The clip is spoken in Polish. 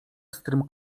pstrym